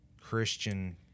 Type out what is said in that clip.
christian